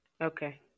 Okay